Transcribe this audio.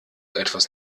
etwas